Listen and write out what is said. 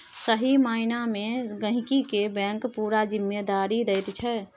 सही माइना मे गहिंकी केँ बैंक पुरा जिम्मेदारी दैत छै